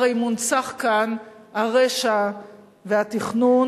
הרי מונצח כאן הרשע והתכנון,